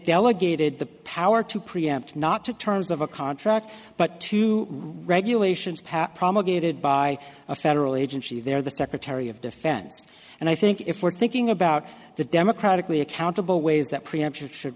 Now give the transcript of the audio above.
delegated the power to preempt not to terms of a contract but to regulations promulgated by a federal agency there the secretary of defense and i think if we're thinking about the democratically accountable ways that preemption should